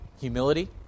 humility